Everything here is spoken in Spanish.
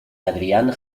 adrián